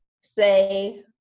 say